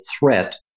threat